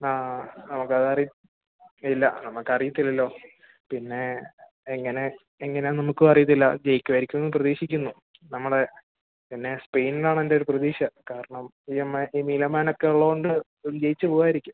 ആ നമുക്കത് അറിയത്ത് ഇല്ല നമുക്കറിയത്തില്ലല്ലോ പിന്നെ എങ്ങനെ എങ്ങനെയാണെന്ന് നമുക്കും അറിയത്തില്ല ജയിക്കുമായിരിക്കുമെന്ന് പ്രതീഷിക്കുന്നു നമ്മളെ പിന്നെ സ്പെയ്ൻന്നാണെൻ്റെയൊരു പ്രതീക്ഷ കാരണം ഈ മിലമാനൊക്കെ ഉള്ളതുകൊണ്ട് അവർ ജയിച്ച് പോകുമായിരിക്കും